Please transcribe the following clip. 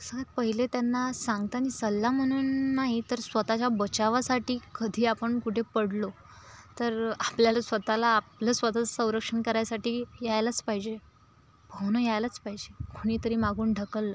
सगळ्यात पहिले त्यांना सांगताना सल्ला म्हणून नाही तर स्वतःच्या बचावासाठी कधी आपण कुठे पडलो तर आपल्याला स्वतःला आपलं स्वतःचं संरक्षण करायसाठी यायलाच पाहिजे पोहोणं यायलाच पाहिजे कोणीतरी मागून ढकललं